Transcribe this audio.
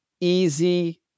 easy